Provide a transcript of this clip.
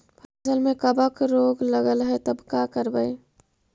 फसल में कबक रोग लगल है तब का करबै